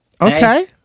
Okay